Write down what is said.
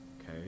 okay